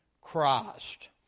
Christ